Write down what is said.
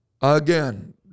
Again